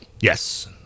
Yes